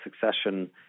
succession